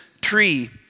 tree